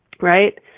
right